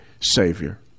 savior